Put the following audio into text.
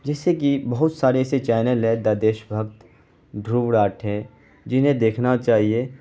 جس سے کہ بہت سارے ایسے چینل ہے دا دیش بھکت ڈھرو راٹھے جنہیں دیکھنا چاہیے